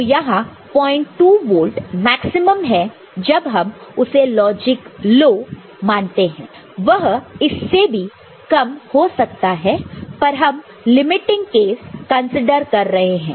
तो यहां 02 volt maximum है जब हम उसे लॉजिक लो मानते हैं वह इससे भी कम हो सकता है पर हम लिमिटिंग केस कंसीडर कर रहे हैं